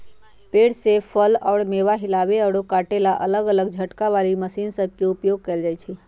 पेड़ से फल अउर मेवा हिलावे अउर काटे ला अलग अलग झटका वाली मशीन सब के उपयोग कईल जाई छई